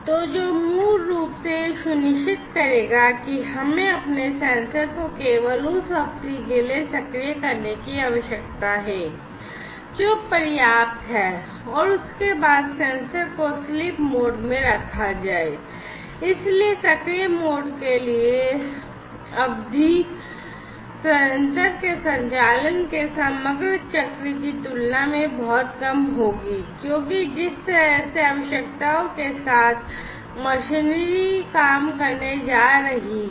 तो जो मूल रूप से यह सुनिश्चित करेगा कि हमें अपने सेंसर को केवल उस अवधि के लिए सक्रिय करने की आवश्यकता है जो पर्याप्त है और उसके बाद सेंसर को स्लीप मोड में रखा जाए इसलिए सक्रिय मोड के लिए अवधि सेंसर के संचालन के समग्र चक्र की तुलना में बहुत कम होगी क्योंकि जिस तरह से आवश्यकताओं के साथ मशीनरी काम करने जा रही है